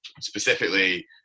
specifically